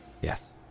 Yes